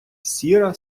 сіра